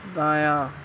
دایاں